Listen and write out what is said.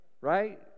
right